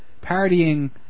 parodying